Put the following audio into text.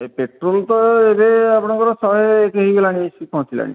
ଏ petrol ତ ଏବେ ଆପଣଙ୍କର ଶହେ ଏକ ହେଇଗଲାଣି ଆସିକି ପହଞ୍ଚିଲାଣି